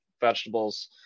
vegetables